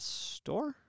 store